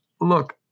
look